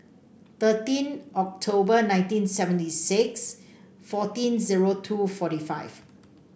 thirteen October nineteen seventy six sixteen zero two forty five